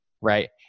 right